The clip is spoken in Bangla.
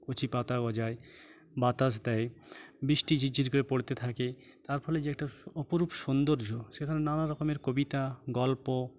কচি পাতা গজায় বাতাস দেয় বৃষ্টি ঝিরঝির করে পড়তে থাকে তার ফলে যে একটা অপরূপ সৌন্দর্য সেখানে নানা রকমের কবিতা গল্প